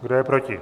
Kdo je proti?